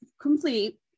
complete